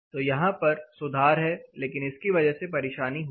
तो यहां पर सुधार है लेकिन इसकी वजह से परेशानी होगी